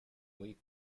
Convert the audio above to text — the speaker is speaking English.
leak